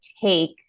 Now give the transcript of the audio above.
take